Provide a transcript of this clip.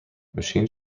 machine